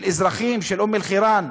לאזרחים של אום-אלחיראן,